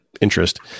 interest